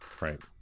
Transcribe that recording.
Right